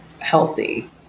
healthy